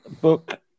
book